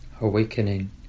awakening